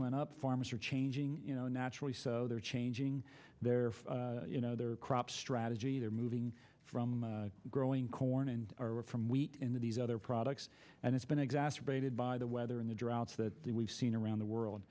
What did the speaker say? went up farmers are changing you know naturally so they're changing their you know their crop strategy they're moving from growing corn and wheat in these other products and it's been exacerbated by the weather in the droughts that we've seen around the world